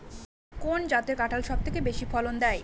কোন জাতের কাঁঠাল সবচেয়ে বেশি ফলন দেয়?